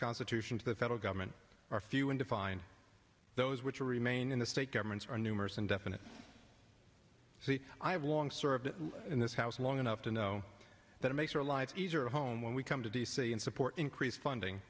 constitution to the federal government are few and defined those which will remain in the state governments are numerous and definite see i've long served in this house long enough to know that it makes our lives easier to home when we come to d c and support increased funding